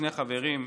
שני חברים,